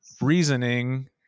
reasoning